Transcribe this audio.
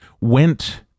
went